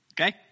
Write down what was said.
Okay